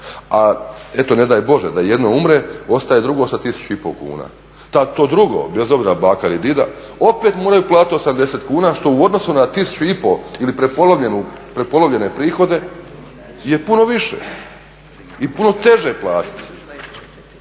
A eto ne daj Bože da jedno umre ostaje drugo sa 1500 kuna. To drugo, bez obzira baka ili djed, opet moraju platiti 80 kuna što u odnosu na 1500 ili prepolovljene prihode je puno više i puno teže platiti.